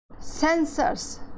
sensors